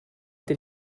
did